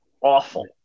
Awful